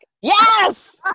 yes